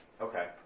Okay